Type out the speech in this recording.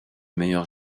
meilleurs